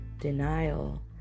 denial